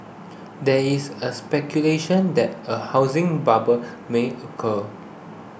there is a speculation that a housing bubble may occur